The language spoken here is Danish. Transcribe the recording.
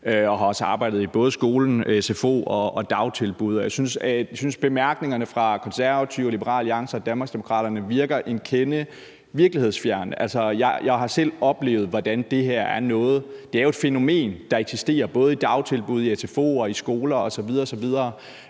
Jeg har også arbejdet i både skolen, sfo og dagtilbud, og jeg synes, bemærkningerne fra Konservative, Liberal Alliance og Danmarksdemokraterne virker en kende virkelighedsfjerne. Altså, jeg har selv oplevet, at det her jo er et fænomen, der eksisterer både i dagtilbud, i sfo og i skoler osv. osv.